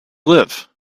live